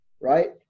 right